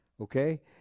Okay